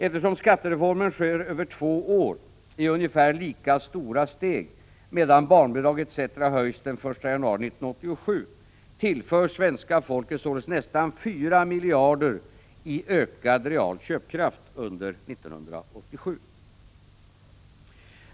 Eftersom skattereformen sker över två år i ungefär lika stora steg, medan barnbidrag etc. höjs den 1 januari 1987, tillförs svenska folket således nästan 4 miljarder i ökad real köpkraft under 1987.